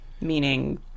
Meaning